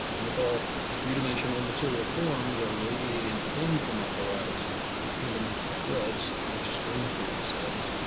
and if all three dimensional material forms are radiating in from that horizon on fundamental threads, which string theory says,